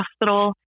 hospital